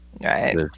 Right